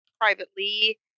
privately